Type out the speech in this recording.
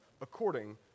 according